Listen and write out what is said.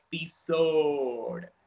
episode